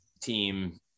team